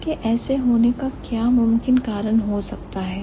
इसके ऐसे होने का क्या मुमकिन कारण हो सकता है